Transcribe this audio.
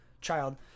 child